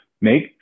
Make